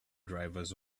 drivers